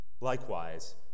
Likewise